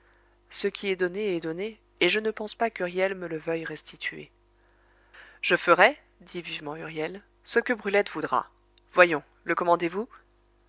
ce qui est donné est donné et je ne pense pas qu'huriel me le veuille restituer je ferai dit vivement huriel ce que brulette voudra voyons le commandez-vous